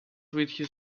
with